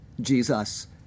Jesus